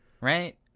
right